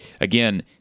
again